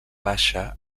baixa